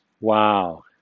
wow